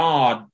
God